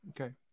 Okay